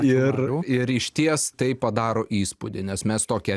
ir ir išties tai padaro įspūdį nes mes tokią